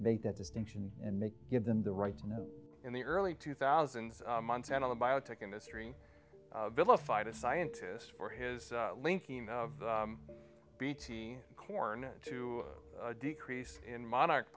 make that distinction and make give them the right to know in the early two thousand montana the biotech industry vilified a scientist for his linking of bt corn to a decrease in monarch